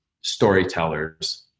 storytellers